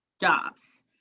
jobs